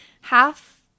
half